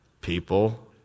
People